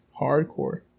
hardcore